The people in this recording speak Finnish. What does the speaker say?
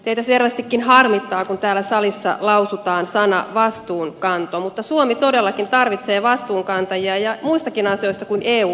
teitä selvästikin harmittaa kun täällä salissa lausutaan sana vastuunkanto mutta suomi todellakin tarvitsee vastuunkantajia ja muissakin asioissa kuin eu politiikassa